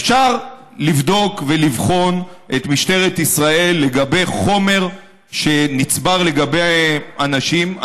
אפשר לבדוק ולבחון את משטרת ישראל לגבי חומר שנצבר לגבי אנשים,